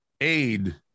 aid